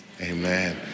Amen